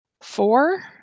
four